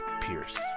Pierce